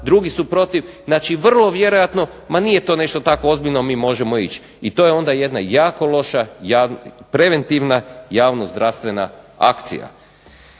drugi su protiv, znači vrlo vjerojatno ma nije to nešto tako ozbiljno, mi možemo ići i to je onda jedna jako loša preventivna javnozdravstvena akcija.